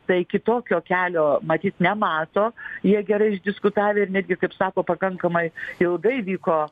tai kitokio kelio matyt nemato jie gerai išdiskutavę ir netgi kaip sako pakankamai ilgai vyko